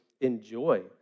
enjoy